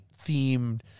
themed